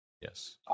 Yes